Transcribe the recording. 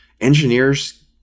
engineers